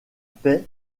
paix